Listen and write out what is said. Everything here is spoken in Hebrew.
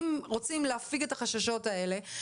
אם אתם רוצים להפיג את החששות האלה,